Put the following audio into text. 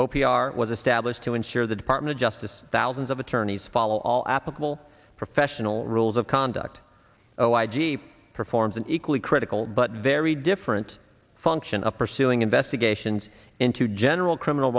are was established to ensure the department of justice thousands of attorneys follow all applicable professional rules of conduct oh i g performs an equally critical but very different function of pursuing investigations into general criminal